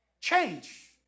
Change